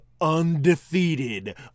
undefeated